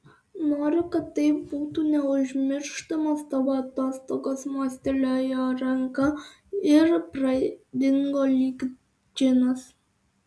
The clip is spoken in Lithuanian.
noriu kad tai būtų neužmirštamos tavo atostogos mostelėjo ranka ir pradingo lyg džinas